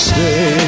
Stay